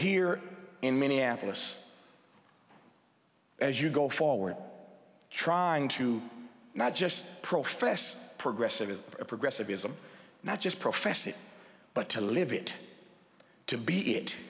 here in minneapolis as you go forward trying to not just pro fess progressive progressivism not just profess it but to live it to be it